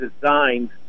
designed